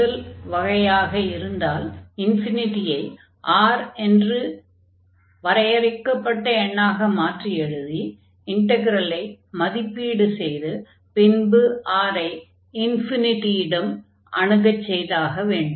முதல் வகையாக இருந்தால் ஐ R என்ற வரையறுக்கப்பட்ட எண்ணாக மாற்றி எழுதி இன்டக்ரலை மதிப்பீடு செய்து பின்பு R ஐ ∞ யிடம் அணுகச் செய்தாக வேண்டும்